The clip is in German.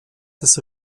des